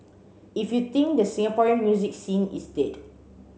if you think the Singaporean music scene is dead